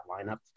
lineup